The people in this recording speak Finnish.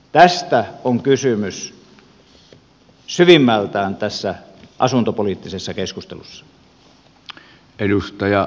tästä on kysymys syvimmältään tässä asuntopoliittisessa keskustelussa